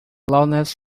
loveless